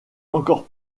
encore